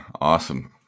Awesome